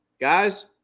guys